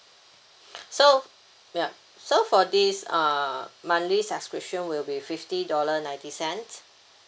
so ya so for this err monthly subscription will be fifty dollar ninety cent